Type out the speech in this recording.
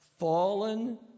Fallen